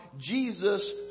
Jesus